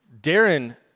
Darren